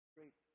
Great